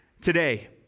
today